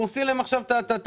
רומסים להם את הפרנסה,